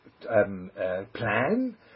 plan